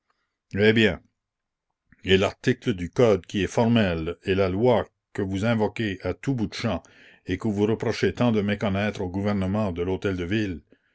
eh bien et l'article du code qui est formel et la loi que vous invoquez à tout bout de champ et que vous reprochez tant de méconnaître au gouvernement de l'hôtel-de-ville il